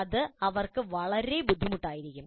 ഇത് അവർക്ക് വളരെ ബുദ്ധിമുട്ടായിരിക്കും